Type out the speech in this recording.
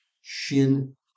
Shin